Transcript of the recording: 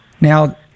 Now